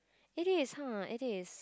it is !huh! it is